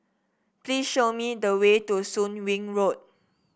please show me the way to Soon Wing Road